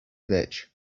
ditch